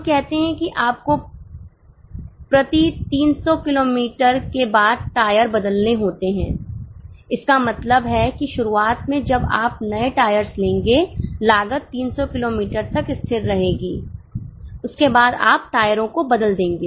हम कहते हैं कि आपको प्रतीक 300 किलोमीटर के बाद टायर बदलने होते हैं इसका मतलब है कि शुरुआत में जब आप नए टायर्स लेंगे लागत 300 किलोमीटर तक स्थिर रहेगी उसके बाद आप टायरों को बदल देंगे